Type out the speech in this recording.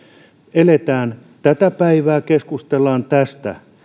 eletään tätä päivää keskustellaan tästä